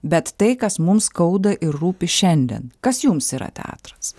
bet tai kas mums skauda ir rūpi šiandien kas jums yra teatras